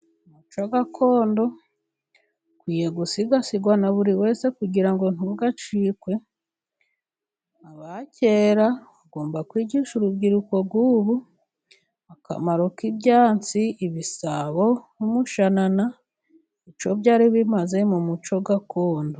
Umuco gakondo ukwiye gusigasirwa na buri wese kugira ngo ntugacike, aba kera bagomba kwigisha urubyiruko rwubu akamaro k'ibyansi, ibisabo, mushanana icyo byari bimaze mu muco gakondo.